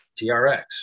trx